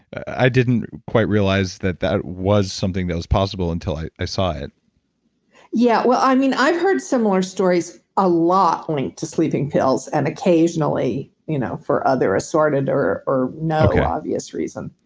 i didn't quite realize that that was something that was possible until i i saw it yeah, well i mean, i've heard similar stories a lot to sleeping pills, and occasionally you know for other assorted or or no obvious reason